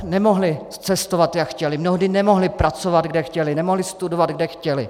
Nemohli cestovat, jak chtěli, mnohdy nemohli pracovat, kde chtěli, nemohli studovat, kde chtěli.